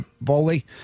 volley